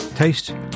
Taste